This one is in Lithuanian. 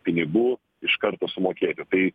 pinigų iš karto sumokėti tai